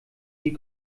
die